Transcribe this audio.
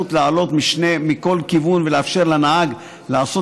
האפשרות לעלות מכל כיוון ולאפשר לנהג לעשות